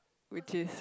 which is